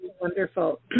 wonderful